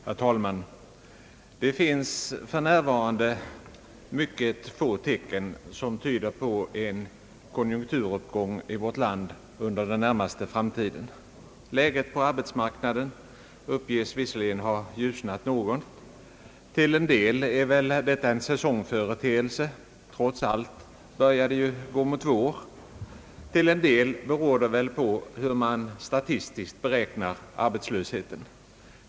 Herr talman! Det finns för närvarande mycket få tecken som tyder på en konjunkturuppgång i vårt land under den närmaste framtiden. Läget på arbetsmarknaden uppges visserligen ha ljusnat något. Till en del är väl detta en säsongföreteelse — trots allt börjar det ju gå mot vår — till en del beror det väl på hur man statistiskt beräknar arbetslösheten.